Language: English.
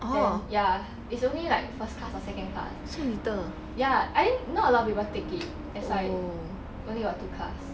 then ya it's only like first class or second class ya then I think not a lot of people take it that's why only got two class